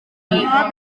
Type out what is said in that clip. umwana